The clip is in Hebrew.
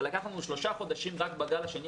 זה לקח לנו שלושה חודשים רק בגל השני,